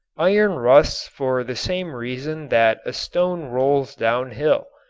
iron rusts for the same reason that a stone rolls down hill,